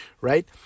Right